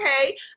Okay